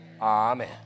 Amen